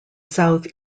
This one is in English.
south